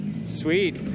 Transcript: Sweet